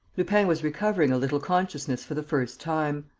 lupin was recovering a little consciousness for the first time.